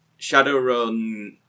Shadowrun